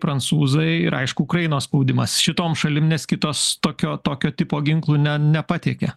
prancūzai ir aišku ukrainos spaudimas šitom šalim nes kitos tokio tokio tipo ginklų ne nepateikė